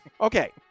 Okay